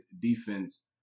defense